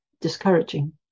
discouraging